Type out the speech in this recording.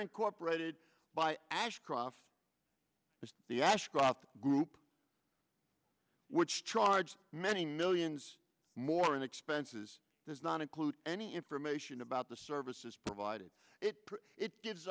incorporated by ashcroft the ashcroft group which charged many millions more in expenses does not include any information about the service provided it it gives